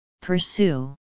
pursue